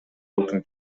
алтын